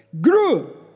Grew